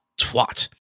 twat